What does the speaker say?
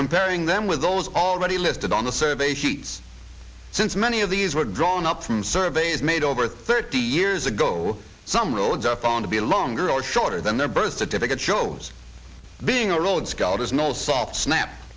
comparing them with those already listed on the survey sheets since many of these were drawn up from surveys made over thirty years ago some roads are found to be longer or shorter than their birth certificate shows being a rhodes scholar is no soft snap